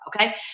okay